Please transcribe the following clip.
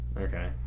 Okay